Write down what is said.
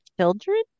children